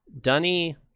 Dunny